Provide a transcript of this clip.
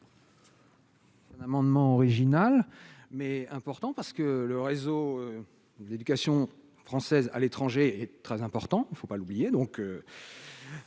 Un amendement original mais important parce que le réseau d'éducation française à l'étranger est très important, il ne faut pas l'oublier, donc